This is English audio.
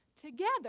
together